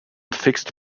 fixed